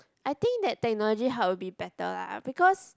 I think that technology hub will be better lah because